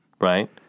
Right